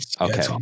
Okay